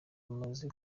bumaze